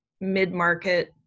mid-market